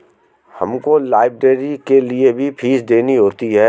हमको लाइब्रेरी के लिए भी फीस देनी होती है